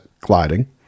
gliding